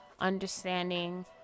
understanding